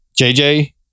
JJ